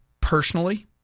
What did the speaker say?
personally